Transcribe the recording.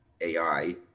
AI